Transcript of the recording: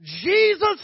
Jesus